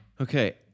okay